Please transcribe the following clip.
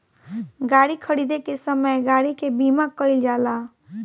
गाड़ी खरीदे के समय गाड़ी के बीमा कईल जाला